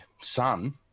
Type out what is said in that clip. son